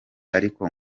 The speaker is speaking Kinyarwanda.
ariko